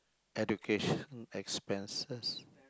education expenses